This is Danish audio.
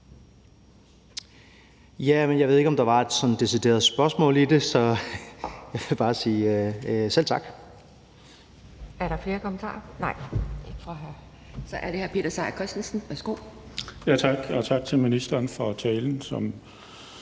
Jeg ved ikke, om der var et decideret spørgsmål, men jeg vil bare sige: Selv tak.